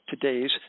today's